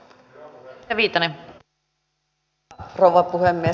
arvoisa rouva puhemies